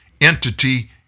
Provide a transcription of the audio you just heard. entity